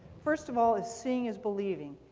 first of all is seeing is believing.